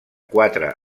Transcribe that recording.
quatre